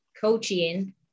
coaching